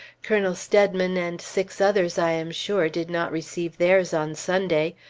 colonel steadman and six others, i am sure, did not receive theirs on sunday.